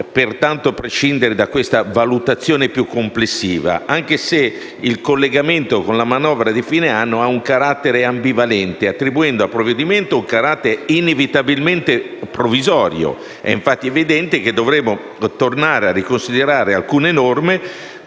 pertanto prescindere da una valutazione più complessiva, anche se il collegamento con la manovra di fine anno ha un carattere ambivalente, attribuendo al provvedimento un carattere inevitabilmente provvisorio. È evidente, infatti, che dovremo tornare a riconsiderare alcune norme